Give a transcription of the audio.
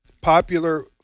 popular